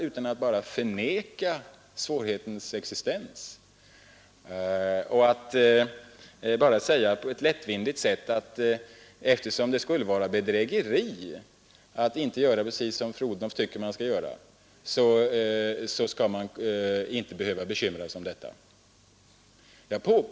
Fru Odhnoff bara förnekar svårighetens existens och säger på ett lättvindigt sätt att eftersom det skulle vara bedrägeri att inte göra precis som fru Odhnoff tycker att man skall göra behöver vi inte bekymra oss om detta.